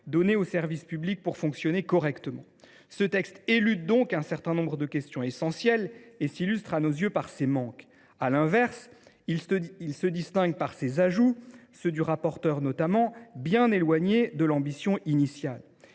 donnés aux services publics pour fonctionner correctement. Ce texte élude donc un certain nombre de questions essentielles et s’illustre, à nos yeux, par ses manques. Cependant, il se distingue aussi par ses ajouts, notamment ceux du rapporteur, bien éloignés de l’ambition initiale.